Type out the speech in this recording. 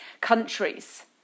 countries